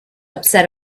upset